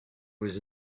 was